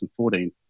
2014